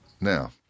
Now